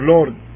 Lord